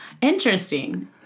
Interesting